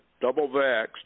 double-vaxxed